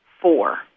four